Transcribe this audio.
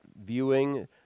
viewing